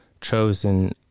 chosen